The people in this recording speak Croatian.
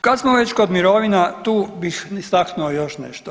Kad smo već kod mirovina tu bih istaknuo još nešto.